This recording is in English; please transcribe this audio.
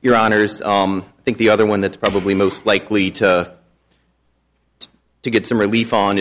your honour's i think the other one that's probably most likely to get some relief on